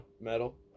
metal